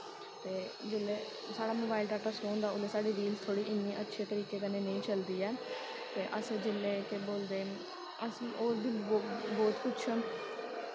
ते जिसलै साढ़ा मोबाइल डाटा स्लो होंदा उसलै साढ़ी रील्स थोह्ड़ी इ'यां अच्छे तरीके कन्नै नेईं चलदी ऐ ते अस जिसलै केह् बोलदे अस होर बी बौह्त कुछ